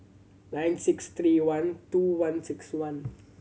nine six three one two one six one